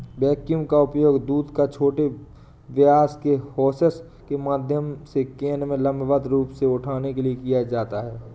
vacuum का उपयोग दूध को छोटे व्यास के होसेस के माध्यम से कैन में लंबवत रूप से उठाने के लिए किया जाता है